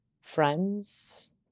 friends